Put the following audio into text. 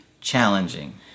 challenging